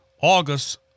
August